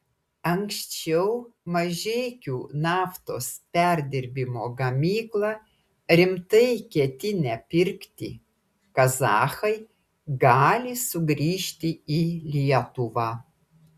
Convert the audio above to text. anksčiau mažeikių naftos perdirbimo gamyklą rimtai ketinę pirkti kazachai gali sugrįžti į lietuvą